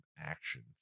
action